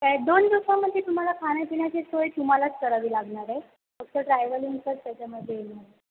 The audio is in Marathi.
काय दोन दिवसामध्ये तुम्हाला खाण्यापिण्याची सोय तुम्हालाच करावी लागणार आहे फक्त ट्रॅव्हलिंगचंच त्याच्यामध्ये येईल